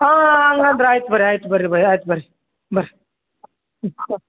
ಹಾಂ ಆಂ ಹಂಗಂದ್ರೆ ಆಯ್ತು ಬನ್ರಿ ಆಯ್ತು ಬನ್ರಿ ಬಯ ಆಯ್ತು ಬನ್ರಿ ಬನ್ರಿ ಹ್ಞೂ